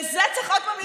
בזה צריך עוד פעם להתעסק,